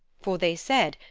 for they said,